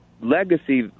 legacy